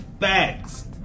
facts